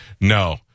No